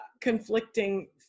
conflicting